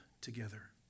together